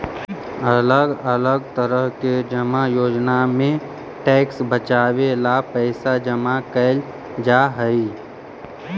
अलग अलग तरह के जमा योजना में टैक्स बचावे ला पैसा जमा कैल जा हई